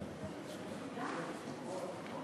הצעת חוק הטבות לניצולי שואה (תיקון,